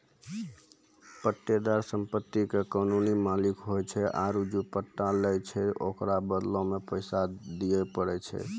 पट्टेदार सम्पति के कानूनी मालिक होय छै आरु जे पट्टा लै छै ओकरो बदला मे पैसा दिये पड़ै छै